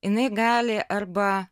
jinai gali arba